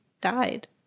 died